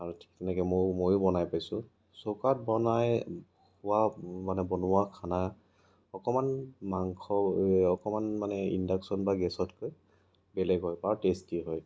আৰু ঠিক তেনেকৈ মও মইয়ো বনাই পাইছোঁ চৌকাত বনাই পোৱা মানে বনোৱা খানা অকণমান মাংস অকণমান মানে ইণ্ডাকচন বা গেছতকৈ বেলেগ হয় বা টেষ্টি হয়